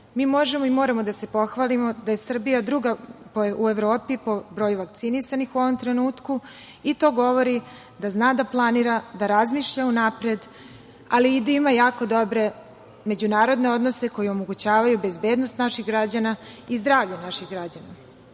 mi možemo i moramo da se pohvalimo da je Srbija druga u Evropi po broju vakcinisanih u ovom trenutku. To govori da zna da planira, da razmišlja unapred, ali i da ima jako dobre međunarodne odnose koji omogućavaju bezbednost naših građana i zdravlje naših građana. Drago